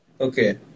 Okay